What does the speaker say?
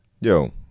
yo